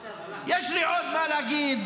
יש לי עוד מה להגיד.